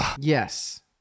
Yes